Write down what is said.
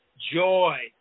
joy